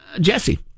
Jesse